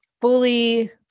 fully